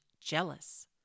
jealous